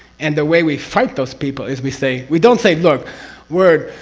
and the way we fight those people is. we say we don't say, look word,